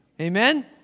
Amen